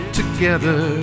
together